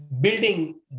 building